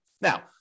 Now